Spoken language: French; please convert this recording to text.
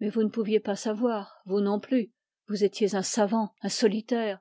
mais vous ne pouvez pas savoir vous non plus vous étiez un savant un solitaire